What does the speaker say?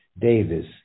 Davis